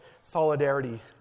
solidarity